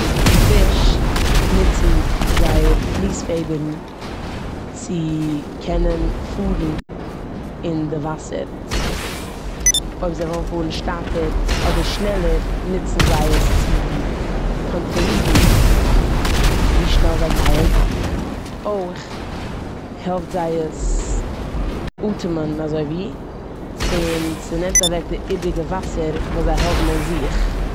פיש נוצן זייער פלוספעדערן צו קענען פארן אין די וואסער. אויב זיי ווילן פארן שטאטער אדער שנעלער נוצן זיי עס צו קאנטראלירן ווי שנעל זיי גייען. אויך העלפט זיי עס אטעמען אזויווי און ס'נעמט אוועק די איבעריגע וואסער וואס זיי האבן אין זיך.